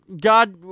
God